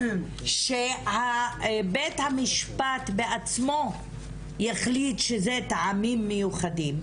שבית המשפט בעצמו יחליט שאלה טעמים מיוחדים,